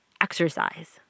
exercise